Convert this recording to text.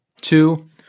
two